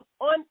on